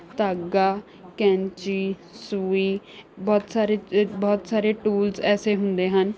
ਧਾਗਾ ਕੈਂਚੀ ਸੂਈ ਬਹੁਤ ਸਾਰੇ ਬਹੁਤ ਸਾਰੇ ਟੂਲਸ ਐਸੇ ਹੁੰਦੇ ਹਨ